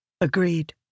Agreed